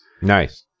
Nice